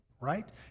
right